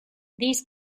these